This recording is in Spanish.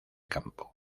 campo